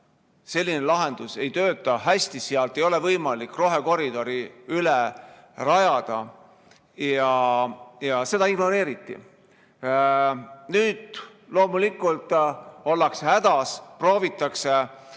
selline lahendus ei tööta hästi, sealt ei ole võimalik rohekoridori üle rajada, aga seda ignoreeriti. Nüüd loomulikult ollakse hädas, proovitakse